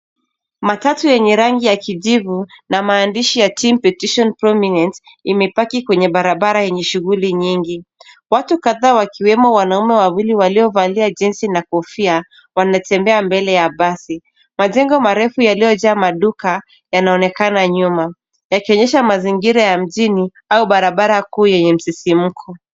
Matatu yenye rangi ya kijivu na maandishi ya team petition prominent imepaki kwenye barabara yeney shughuli nyingi. Watu kadhaa wakiwemo wanaume wawili waliovalia jinzi na kofia wanatembea mbele ya basi. Majengo marefu yaliyojaa maduka yanaonekana nyuma yakionyesha mazingira ya mjini au barabara kuu yenye msisimuko.